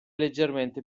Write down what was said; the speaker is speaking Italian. leggermente